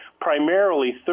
Primarily